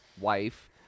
wife